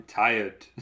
tired